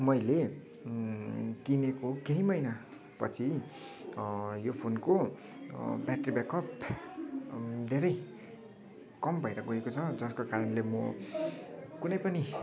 मैले किनेको केही महिनापछि यो फोनको ब्याट्री ब्याकअप धेरै कम भएर गएको छ जस्को कारणले म कुनै पनि